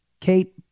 Kate